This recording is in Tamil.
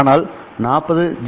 ஆனால் 40 ஜி